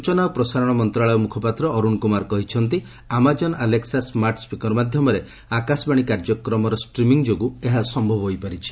ସ୍ଟଚନା ଓ ପ୍ରସାରଣ ମନ୍ତ୍ରଣାଳୟ ମୁଖପାତ୍ର ଅରୁଣ କୁମାର କହିଛନ୍ତି ଆମାଜନ୍ ଆଲେକ୍କା ସ୍କାର୍ଟ ସ୍ୱିକର୍ ମାଧ୍ୟମରେ ଆକାଶବାଣୀ କାର୍ଯ୍ୟକ୍ରମର ଷ୍ଟ୍ରିମିଂ ଯୋଗୁଁ ଏହା ସମ୍ଭବ ହୋଇପାରିଛି